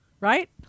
right